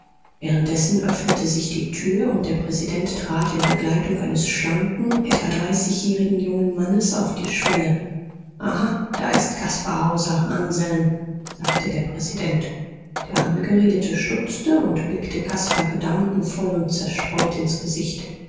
währenddessen öffnete sich die tür und der präsident trat in begleitung eines schlanken etwa dreißigjährigen jungen mannes auf die schwelle aha da ist caspar hauser anselm sagte der präsident der angeredete stutzte und blickte caspar gedankenvoll und zerstreut ins gesicht